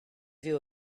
view